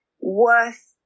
worth